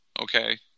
Okay